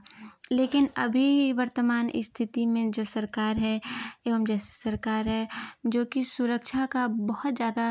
लेकिन अभी वर्तमान स्थिति में जो सरकार है एवं जैसे सरकार है जो कि सुरक्षा का बहुत ज़्यादा